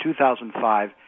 2005